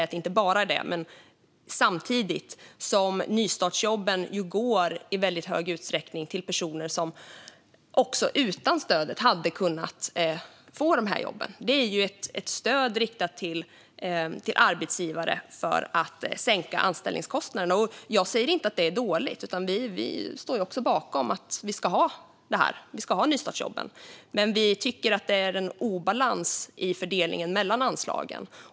Samtidigt är det så att nystartsjobben i mycket stor utsträckning går till personer som också utan stödet hade kunnat få dessa jobb. Det är ett stöd riktat till arbetsgivare för att sänka anställningskostnaderna. Och jag säger inte att det är dåligt. Vi står också bakom att vi ska ha nystartsjobben. Men vi tycker att det är en obalans i fördelningen mellan anslagen.